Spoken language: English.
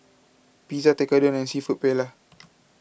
Pizza Tekkadon and Seafood Paella